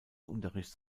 unterrichts